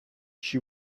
she